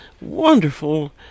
wonderful